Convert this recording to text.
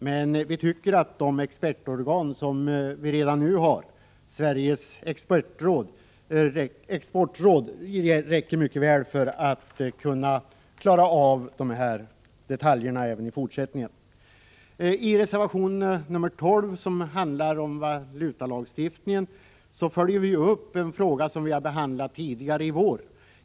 Men vi tycker att det expertorgan som vi redan nu har — Sveriges exportråd — mycket väl kan klara av dessa detaljer även i fortsättningen. I reservation nr 12, som gäller valutalagstiftningen, följer vi upp en fråga som vi har debatterat tidigare i vår.